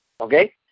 okay